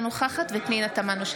אינה נוכחת פנינה תמנו,